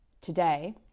today